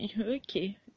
okay